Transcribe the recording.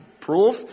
proof